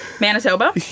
manitoba